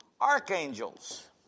archangels